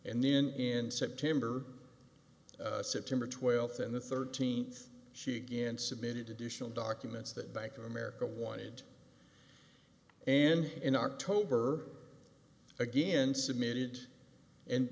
and then in september september twelfth and the thirteenth she began submitted to do tional documents that bank of america wanted and in october again submitted